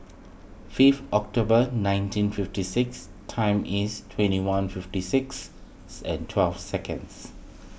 fifth October nineteen fifty six time is twenty one fifty six and twelve seconds